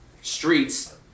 Streets